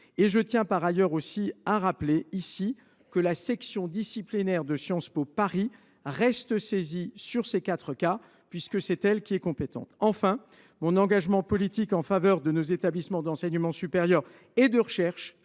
Je tiens à le rappeler, la section disciplinaire de Sciences Po Paris reste saisie de ces quatre cas, puisque c’est elle qui est compétente. Enfin, mon engagement politique en faveur de nos établissements d’enseignement supérieur et de recherche